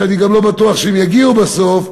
שאני גם לא בטוח שהם יגיעו בסוף,